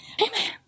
amen